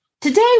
Today